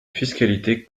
fiscalité